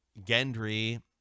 Gendry